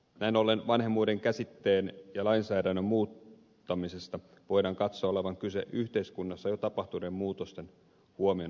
näin ollen vanhemmuuden käsitteen ja lainsäädännön muuttamisessa voidaan katsoa olevan kyse yhteiskunnassa jo tapahtuneiden muutosten huomioon ottamisesta